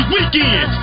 weekend